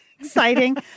exciting